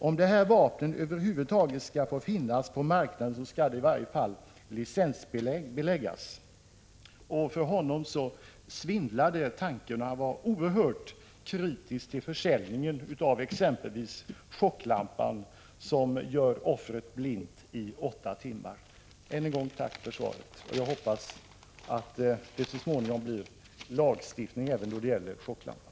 Om de här vapnen över huvud taget ska få finnas på marknaden så ska de i varje fall licensbeläggas!” Hans tanke svindlade inför försäljningen av exempelvis chocklampan, som gör offret blint i åtta timmar. Jag vill än en gång tacka för svaret, och jag hoppas att det så småningom kommer en lagstiftning mot spridning av chocklampan.